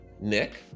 Nick